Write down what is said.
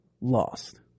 lost